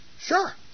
Sure